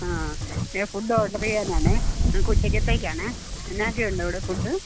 ആ പിന്നെ food order ചെയ്യാനാണെ ഞങ്ങൾക്ക് ഉച്ചയ്ക്കത്തേക്കാണെ എന്നായൊക്കെയുണ്ട് അവിടെ ഫുഡ്